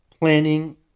planning